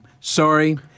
Sorry